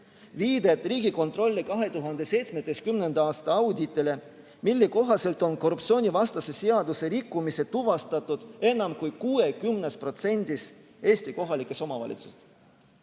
viidet Riigikontrolli 2017. aasta auditile, mille kohaselt on korruptsioonivastase seaduse rikkumine tuvastatud enam kui 60% Eesti kohalike omavalitsuste